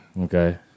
okay